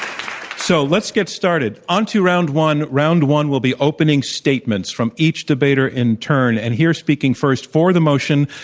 so, let's get started, on to round one. round one will be opening statements from each debater in turn. and here speaking first for the motion,